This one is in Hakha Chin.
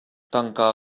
tangka